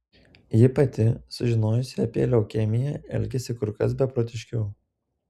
ji pati sužinojusi apie leukemiją elgėsi kur kas beprotiškiau